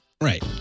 Right